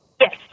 Yes